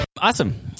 Awesome